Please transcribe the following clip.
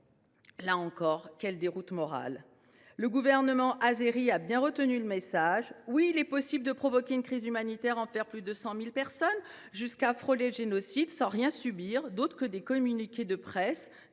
Là encore, quelle déroute morale ! Le gouvernement azéri a bien retenu le message : oui, il est possible de provoquer une crise humanitaire envers plus de 100 000 personnes, jusqu’à frôler le génocide, sans rien subir d’autre que des communiqués de presse